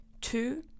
Two